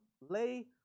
lay